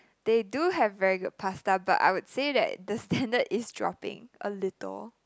they do have very good pasta but I would say that the standard is dropping a little